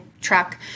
truck